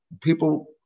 people